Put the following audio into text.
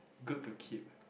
good to keep